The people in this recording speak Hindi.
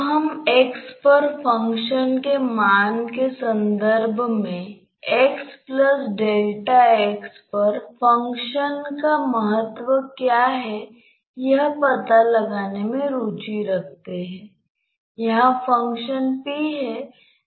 हम यह अनुमान लगाते हैं कि यह एक इनविसिड प्रवाह है